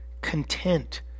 content